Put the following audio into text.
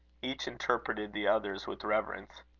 each interpreted the other's with reverence.